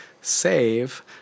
save